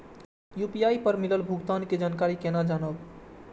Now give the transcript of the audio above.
UPI पर मिलल भुगतान के जानकारी केना जानब?